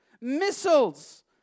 missiles